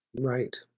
Right